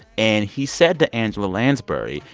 and he said to angela lansbury,